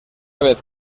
vez